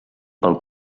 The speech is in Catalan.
pel